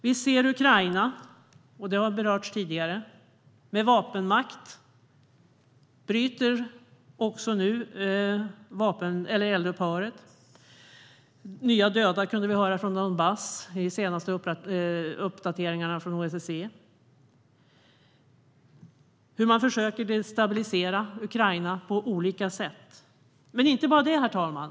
Vi ser hur man i Ukraina med vapenmakt bryter eldupphöret. Vi kunde i de senaste uppdateringarna från OSSE höra om nya döda i Donbass. Vi hör hur man försöker destabilisera Ukraina på olika sätt. Men det gäller inte bara Ukraina, herr talman.